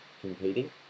competing